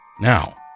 Now